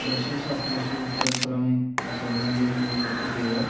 दर्शनशास्त्रेषु परस्परम् अ सम्बन्धः तु वर्तते एव